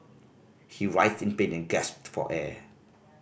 he writhed in pain and gasped for air